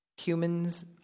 Humans